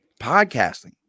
podcasting